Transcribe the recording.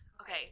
Okay